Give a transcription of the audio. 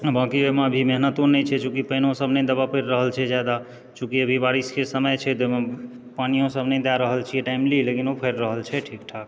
बाँकि ओहिमे अभी मेहनतो नहि छै चुँकि अभी पानिओ सब नहि देबऽ पड़ि रहल छै जादा चुँकि अभी बारिशके समय छै तऽ ओहिमे पानियो सब नहि दए रहल छियै टाइमली लेकिन ओ फड़ि रहल छै ठीकठाक